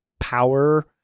power